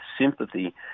sympathy